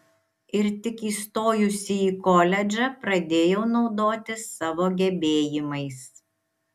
ir tik įstojusi į koledžą pradėjau naudotis savo gebėjimais